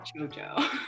Jojo